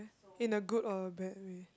in a good or a bad way